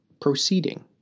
Proceeding